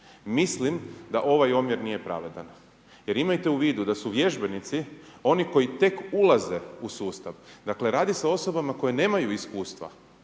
Mislim da ovaj omjer nije pravedan jer imajte u vidu da su vježbenici oni koji tek ulaze u sustav. Dakle, radi se o osobama koje nemaju iskustva